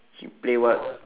he play what